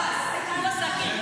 קרקס?